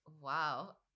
Wow